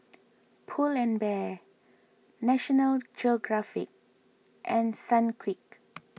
Pull and Bear National Geographic and Sunquick